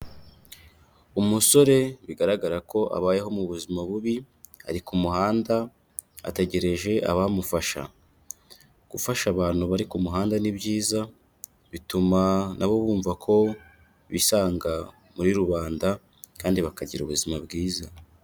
Umusore bigaragara ko abayeho mu buzima bubi, ari ku muhanda ategereje abamufasha, gufasha abantu bari ku muhanda ni byiza bituma na bo bumva ko bisanga muri rubanda kandi bakagira ubuzima bwiza.